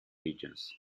regions